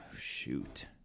shoot